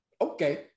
okay